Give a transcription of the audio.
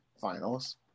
finals